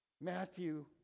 Matthew